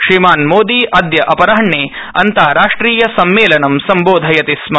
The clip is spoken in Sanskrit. श्रीमान् मोदी अद्य अपराहणे अन्ताराष्ट्रिय सम्मेलनं सम्मोधयति स्म